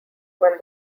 when